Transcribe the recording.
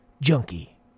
Junkie